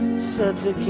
say that